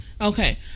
Okay